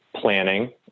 planning